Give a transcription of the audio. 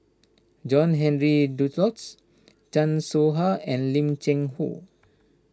John Henry Duclos Chan Soh Ha and Lim Cheng Hoe